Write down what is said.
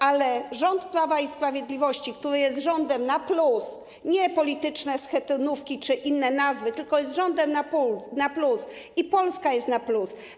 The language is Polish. Ale rząd Prawa i Sprawiedliwości jest rządem na plus, nie polityczne schetynówki czy inne nazwy, tylko jest rządem na plus, i Polska jest na plus.